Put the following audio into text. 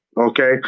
okay